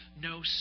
no